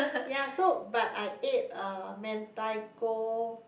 ya so but I ate uh Mentaiko